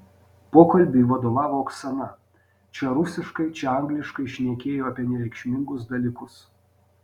pokalbiui vadovavo oksana čia rusiškai čia angliškai šnekėjo apie nereikšmingus dalykus